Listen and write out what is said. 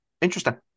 interesting